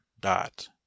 dot